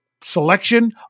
selection